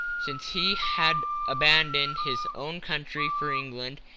since he had abandoned his own country for england,